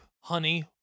honey